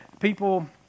people